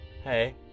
Hey